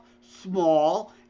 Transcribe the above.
small